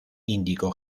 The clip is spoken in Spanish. indicó